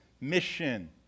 mission